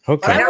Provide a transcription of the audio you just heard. Okay